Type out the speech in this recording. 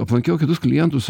aplankiau kitus klientus